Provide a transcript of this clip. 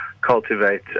cultivate